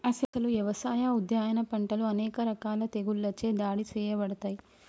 అసలు యవసాయ, ఉద్యాన పంటలు అనేక రకాల తెగుళ్ళచే దాడి సేయబడతాయి